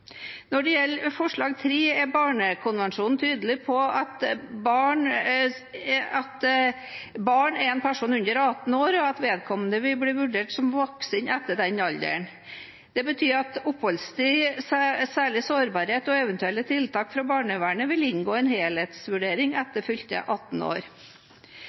Når det gjelder forslag nr. 3, er barnekonvensjonen tydelig på at et barn er en person under 18 år, og at vedkommende vil bli vurdert som voksen etter den alderen. Det betyr at oppholdstid, særlig sårbarhet og eventuelle tiltak fra barnevernet vil inngå i en helhetsvurdering etter fylte 18 år.